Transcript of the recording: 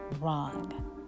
wrong